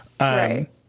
Right